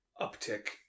uptick